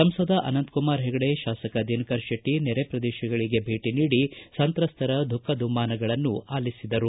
ಸಂಸದ ಅನಂತಕುಮಾರ್ ಹೆಗಡೆ ಶಾಸಕ ದಿನಕರ್ ಶೆಟ್ಟಿ ನೆರೆ ಪ್ರದೇಶಗಳಿಗೆ ಭೇಟಿ ನೀಡಿ ಸಂತ್ರಸ್ತರ ದುಃಖ ದುಮ್ಮಾನಗಳನ್ನು ಆಲಿಸಿದರು